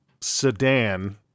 sedan